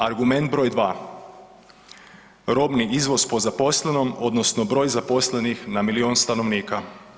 Argument broj 2. robni izvoz po zaposlenom odnosno broj zaposlenih na milion stanovnika.